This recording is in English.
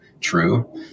true